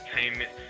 Entertainment